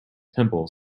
pimples